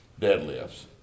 deadlifts